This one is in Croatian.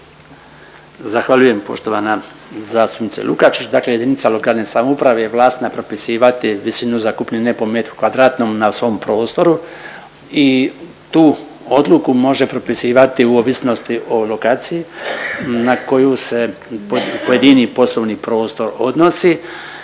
Zahvaljujem poštovana zastupnice Lukačić. Dakle jedinica lokalne samouprave je vlasna propisivati visinu zakupnine po metru kvadratnom na svom prostoru i tu odluku može propisivati u ovisnosti o lokaciji na koju se pojedini poslovni prostor odnosi.